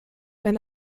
wenn